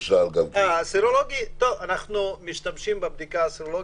לגבי הבדיקה הסרולוגית: אנחנו משתמשים בבדיקה הסרולוגית,